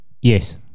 Yes